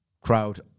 crowd